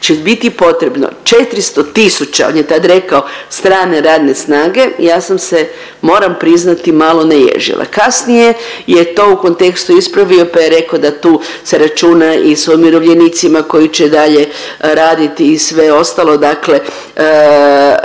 će biti potrebno 400 tisuća, on je tad rekao strane radne snage, ja sam se moram priznati malo naježila. Kasnije je to u kontekstu ispravio pa je rekao da tu se računa i sa umirovljenicima koji će i dalje raditi i sve ostalo dakle